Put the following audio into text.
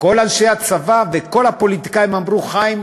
כל אנשי הצבא וכל הפוליטיקאים אמרו: חיים,